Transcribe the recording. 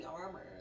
armor